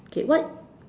okay what